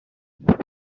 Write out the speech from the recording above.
wenn